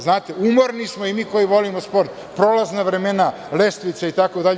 Znate, umorni smo i mi koji volimo sport, prolazna vremena, lestvice itd.